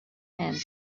hand